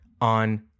on